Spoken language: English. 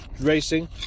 racing